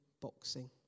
boxing